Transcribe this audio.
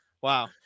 Wow